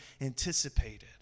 anticipated